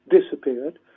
disappeared